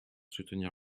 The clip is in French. soutenir